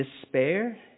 despair